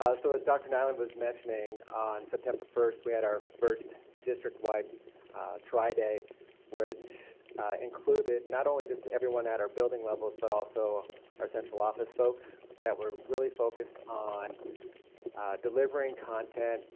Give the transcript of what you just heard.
so as dr. nyland was mentioning, on september first we had our first district-wide tri-day which included not only just everyone at our building level but also our central office folks that were really focused on delivering content,